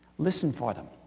listen for them